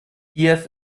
kiew